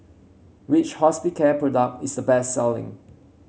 which Hospicare product is the best selling